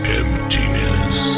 emptiness